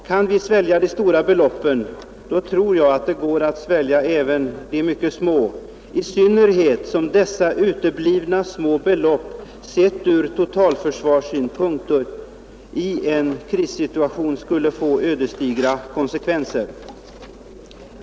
Kan vi svälja de stora beloppen, då tror jag att det går att svälja även de mycket små, i synnerhet som uteblivandet av dessa små belopp sett ur totalförsvarssynpunkt i en krissituation skulle få ödesdigra konsekvenser.